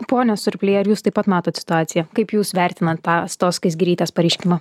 pone surply ar jūs taip pat matot situaciją kaip jūs vertinat tą astos skaisgirytės pareiškimą